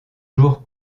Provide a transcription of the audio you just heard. jours